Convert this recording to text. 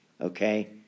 okay